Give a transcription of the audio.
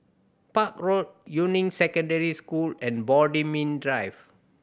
Park Road Yuying Secondary School and Bodmin Drive